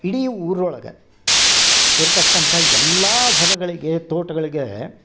ಇಡೀ ಊರೊಳಗ ಇರ್ತಕ್ಕಂಥ ಎಲ್ಲಾ ಹೊಲಗಳಿಗೆ ತೋಟಗಳಿಗೆ